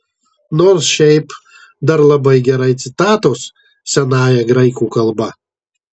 nors šiaip dar labai gerai citatos senąja graikų kalba